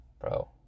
Bro